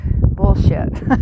Bullshit